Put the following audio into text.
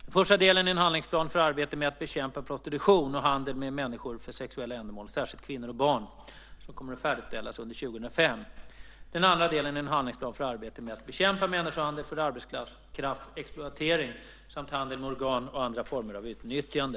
Den första delen är en handlingsplan för arbetet med att bekämpa prostitution och handel med människor för sexuella ändamål, särskilt kvinnor och barn, som kommer att färdigställas under 2005. Den andra delen är en handlingsplan för arbetet med att bekämpa människohandel för arbetskraftsexploatering samt handel med organ och andra former av utnyttjande.